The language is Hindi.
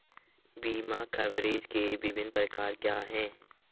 बीमा कवरेज के विभिन्न प्रकार क्या हैं?